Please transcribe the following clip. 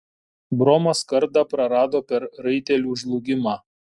bromas kardą prarado per raitelių žlugimą